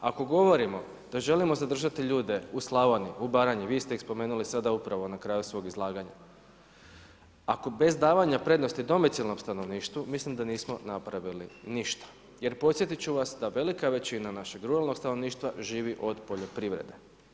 Ako govorimo da želimo zadržati ljude u Slavoniji u Baranji, vi ste ih spomenuli sada upravo na kraju svog izlaganja, ako bez davanja prednosti domicilnom stanovništvu mislim da nismo napravili ništa jer podsjetit ću vas da velika većina našeg ruralnog stanovništva živi od poljoprivrede.